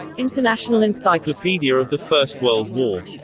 international encyclopedia of the first world war.